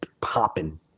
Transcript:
popping